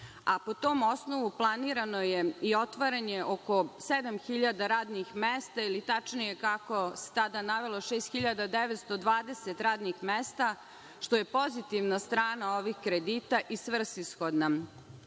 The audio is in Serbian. a po tom osnovu planirano je i otvaranje oko 7.000 radnih mesta ili tačnije kako se tada navelo 6.920 radnih mesta, što je pozitivna strana ovih kredita i svrsishodna. Ovaj